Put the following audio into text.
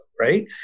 right